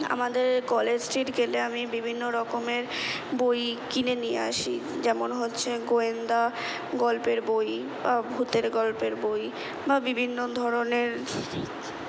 আমাদের College Street গেলে আমি বিভিন্ন রকমের বই কিনে নিয়ে আসি যেমন হচ্ছে গোয়েন্দা গল্পের বই ভূতের গল্পের বই বা বিভিন্ন ধরনের